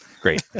great